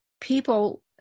people